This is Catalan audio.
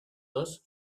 dos